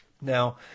Now